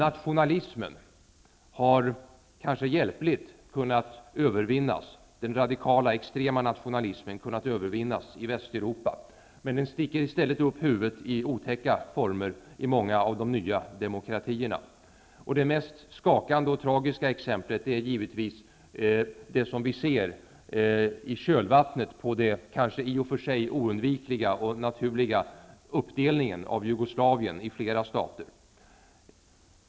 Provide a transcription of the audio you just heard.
Den radikala, extrema nationalismen har kanske hjälpligt kunnat övervinnas i Västeuropa, men den sticker i stället upp huvudet i otäcka former i många av de nya demokratierna. Det mest skakande och tragiska exemplet är givetvis det som vi ser i kölvattnet på den kanske i och för sig oundvikliga och naturliga uppdelningen av Jugoslavien i flera stater.